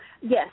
Yes